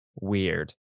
weird